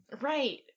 Right